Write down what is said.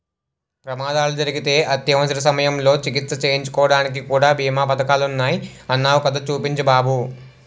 ప్రమాదాలు జరిగితే అత్యవసర సమయంలో చికిత్స చేయించుకోడానికి కూడా బీమా పదకాలున్నాయ్ అన్నావ్ కదా చూపించు బాబు